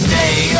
day